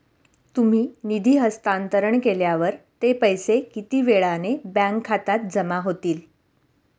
तुम्ही निधी हस्तांतरण केल्यावर ते पैसे किती वेळाने बँक खात्यात जमा होतील?